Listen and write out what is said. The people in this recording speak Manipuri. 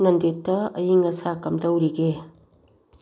ꯅꯟꯗꯤꯠꯇ ꯑꯏꯪ ꯑꯁꯥ ꯀꯝꯗꯧꯔꯤꯒꯦ